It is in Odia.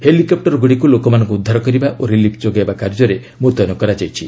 ହେଲିକପ୍ଟରଗୁଡ଼ିକୁ ଲୋକମାନଙ୍କୁ ଉଦ୍ଧାର କରିବା ଓ ରିଲିଫ୍ ଯୋଗାଇବା କାର୍ଯ୍ୟରେ ମୁତ୍ୟନ କରାଯାଇଛି